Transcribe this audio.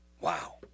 Wow